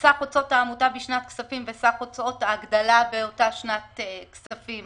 סך הוצאות העמותה בשנת הכספים וסך הוצאות ההגדלה באותה שנת כספים,